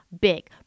Big